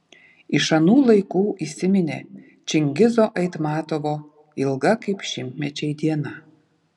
iš anų laikų įsiminė čingizo aitmatovo ilga kaip šimtmečiai diena